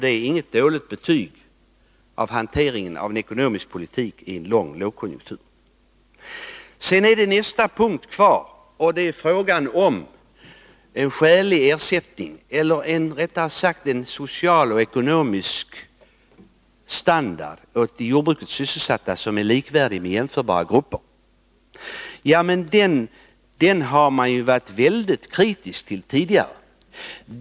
Det är inget dåligt — ;o;s verksamhetsbetyg på hanteringen av den ekonomiska politiken i en långvarig lågkon — område En punkt är kvar, och det gäller frågan om att de som är sysselsatta inom jordbruket skall ha en social och ekonomisk standard som är likvärdig med jämförbara gruppers standard. Socialdemokraterna har tidigare varit väldigt kritiska mot denna målsättning.